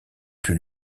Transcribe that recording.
plus